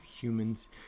humans